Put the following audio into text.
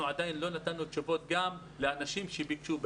עדיין לא נתנו תשובות גם לאנשים שביקשו לפרוש.